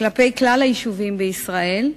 כלפי היישובים בישראל,